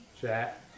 chat